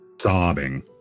sobbing